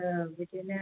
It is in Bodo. औ बिदिनो